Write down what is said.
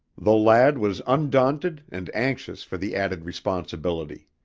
the lad was undaunted and anxious for the added responsibility.